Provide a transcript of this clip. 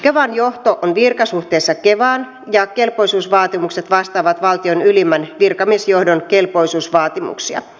kevan johto on virkasuhteessa kevaan ja kelpoisuusvaatimukset vastaavat valtion ylimmän virkamiesjohdon kelpoisuusvaatimuksia